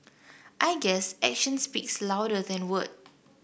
I guess actions speaks louder than word